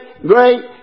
Great